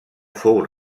fou